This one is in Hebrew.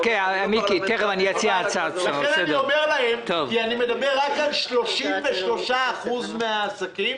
אני מדבר רק על 33% מן העסקים,